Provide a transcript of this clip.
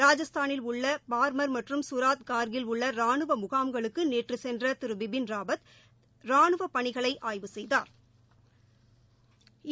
ராஜஸ்தானில் உள்ள பார்மர் மற்றும் கராத் கார்கில் உள்ள ராணுவ முகாம்களுக்கு நேற்று சென்ற திரு பிபின் ராவத் ராணுவ பணிகளை ஆய்வு செய்தாா்